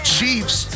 Chiefs